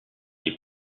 les